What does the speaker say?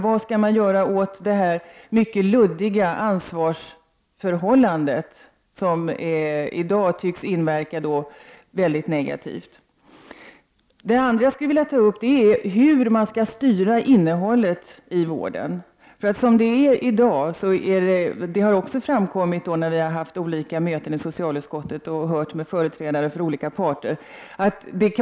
Vad skall man göra åt detta mycket luddiga ansvarsförhållande som i dag tycks inverka mycket negativt på vården? En annan fråga som jag vill ta upp är hur man skall styra innehållet i vården. Hur läget är i dag har framkommit av de möten vi har haft i socialutskottet, där vi hört företrädare för olika parter.